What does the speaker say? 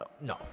No